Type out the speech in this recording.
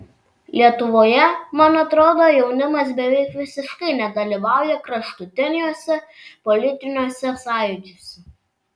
lietuvoje man atrodo jaunimas beveik visiškai nedalyvauja kraštutiniuose politiniuose sąjūdžiuose